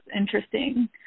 interesting